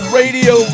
radio